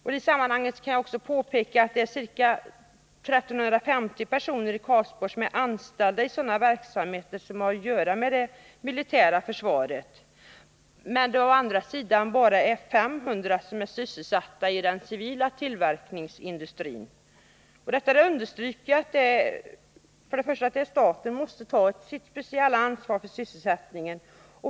I sammanhanget kan det också påpekas att ca 1350 personer i Karlsborg är anställda i sådan verksamhet som har att göra med det militära försvaret, medan endast 500 personer är sysselsatta inom den civila tillverkningsindustrin. Detta betyder för det första att staten måste ha ett speciellt ansvar för sysselsättningen.